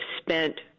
spent